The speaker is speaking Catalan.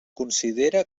considera